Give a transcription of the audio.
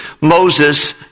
Moses